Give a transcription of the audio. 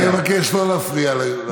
אני מבקש לא להפריע לדובר.